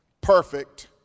perfect